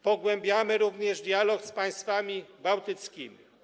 Pogłębiamy również dialog z państwami bałtyckimi.